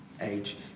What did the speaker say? age